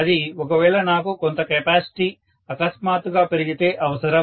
అది ఒకవేళ నాకు కొంత కెపాసిటీ అకస్మాత్తుగా పెరిగితే అవసరం